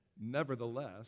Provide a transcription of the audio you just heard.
Nevertheless